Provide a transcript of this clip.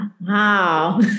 Wow